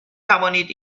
توانید